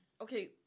Okay